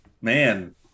man